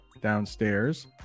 downstairs